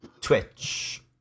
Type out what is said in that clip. Twitch